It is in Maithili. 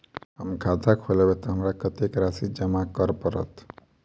हम खाता खोलेबै तऽ हमरा कत्तेक राशि जमा करऽ पड़त?